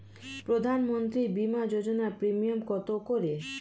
প্রধানমন্ত্রী বিমা যোজনা প্রিমিয়াম কত করে?